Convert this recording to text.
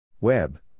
Web